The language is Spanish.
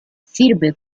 sirve